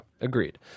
Agreed